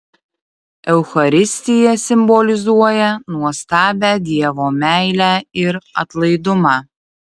eucharistija simbolizuoja nuostabią dievo meilę ir atlaidumą